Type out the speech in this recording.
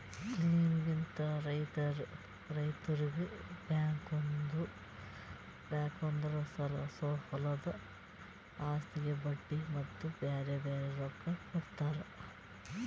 ಸ್ಕೀಮ್ಲಿಂತ್ ರೈತುರಿಗ್ ಬ್ಯಾಂಕ್ದೊರು ಹೊಲದು ಆಸ್ತಿಗ್ ಬಡ್ಡಿ ಮತ್ತ ಬ್ಯಾರೆ ಬ್ಯಾರೆ ರೊಕ್ಕಾ ಕೊಡ್ತಾರ್